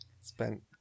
Spent